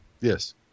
Yes